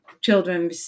children